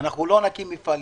אנחנו לא נקים מפעלים.